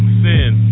sin